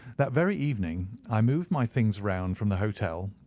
that very evening i moved my things round from the hotel,